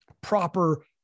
proper